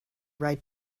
right